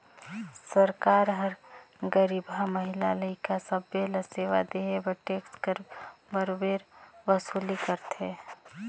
सरकार हर गरीबहा, महिला, लइका सब्बे ल सेवा देहे बर टेक्स कर बरोबेर वसूली करथे